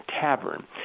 Tavern